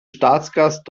staatsgast